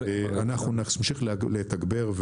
אנחנו נמשיך לתגבר,